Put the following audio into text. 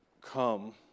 come